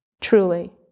truly